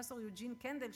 הפרופסור יוג'ין קנדל,